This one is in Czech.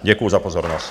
Děkuji za pozornost.